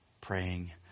praying